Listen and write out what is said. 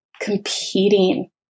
competing